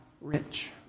rich